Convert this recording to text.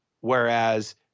Whereas